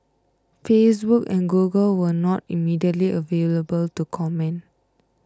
Facebook and Google were not immediately available to comment